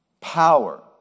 power